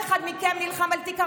מספיק.